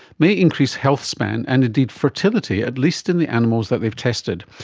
may increase health span and indeed fertility, at least in the animals that they've tested.